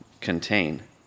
contain